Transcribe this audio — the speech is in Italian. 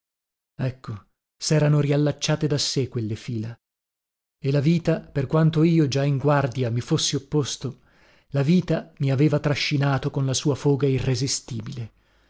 valso ecco serano riallacciate da sé quelle fila e la vita per quanto io già in guardia mi fossi opposto la vita mi aveva trascinato con la sua foga irresistibile